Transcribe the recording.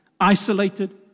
isolated